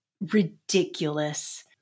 ridiculous